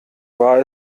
war